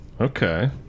Okay